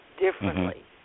differently